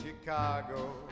Chicago